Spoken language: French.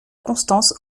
constance